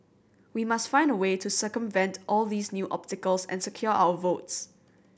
we must find a way to circumvent all these new obstacles and secure our votes